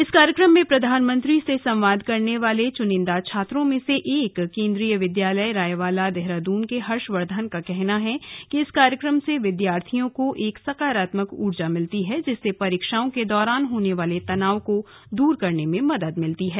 इस कार्यक्रम में प्रधानमंत्री से संवाद करने वाले चुनिन्दा छात्रों में से एक केन्द्रीय विद्यालय रायवालादेहरादून के हर्षवर्धन का कहना है कि इस कार्यक्रम से विद्यार्थियों को एक सकारात्मक ऊर्जा मिलती है जिससे परीक्षाओं के दौरान होने वाले तनाव को दूर करने में मदद मिलती है